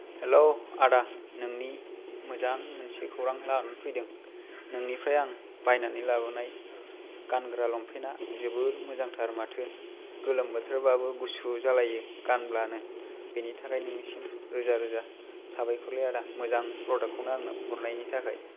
hello आदा नोंनि मोजां मोनसे खौरां लानानै फैदों नोंनिफ्राय आं बायनानै लाबोनाय गानग्रा लंपेन्ता जोबोर मोजांथार माथो गोलोम बोथोरबाबो गुसु जालायो गानब्लानो बेनि थाखाय नोंनिसिम रोजा रोजा साबायखरलै आदा मोजां प्रदाक्तखौनो आंनो हरनायनि थाखाय